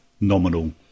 nominal